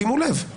שימו לב.